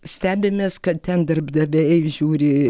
stebimės kad ten darbdaviai žiūri